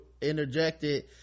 interjected